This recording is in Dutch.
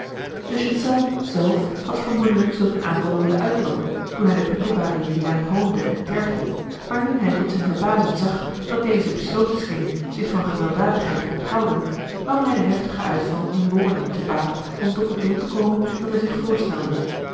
de ghiselles zelf had vermoedelijk zulk een aanval willen uitlokken toen hij den prikkelbaren juliaan hoonde en tergde maar nu hij tot zijne verbazing zag dat deze besloten scheen zich van gewelddadigheid te onthouden nam hij den heftigen uitval in woorden te baat om tot het doel te komen dat hij zich voorstelde